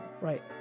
right